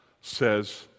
says